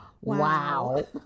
Wow